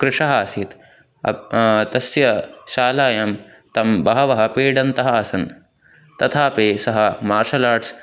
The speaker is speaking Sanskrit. कृशः आसीत् तस्य शालायां तं बहवः पीडन्तः आसन् तथापि सः मार्शल् आर्ट्स्